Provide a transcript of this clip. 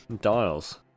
...dials